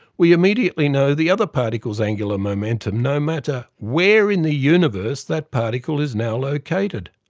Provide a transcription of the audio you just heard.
we immediately know the other particle's angular momentum, no matter where in the universe that particle is now located.